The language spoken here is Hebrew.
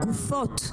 זה גופות,